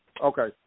Okay